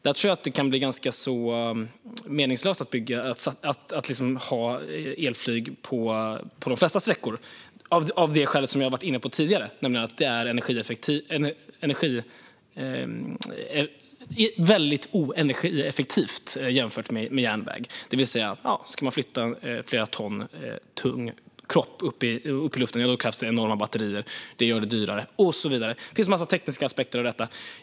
Det kan vara meningslöst att ha elflyg på de flesta sträckorna eftersom det blir ineffektivt energimässigt jämfört med järnväg. Det handlar om att flytta en flera ton tung kropp upp i luften, och det kräver enorma batterier, blir dyrare och så vidare. Det finns en mängd tekniska aspekter.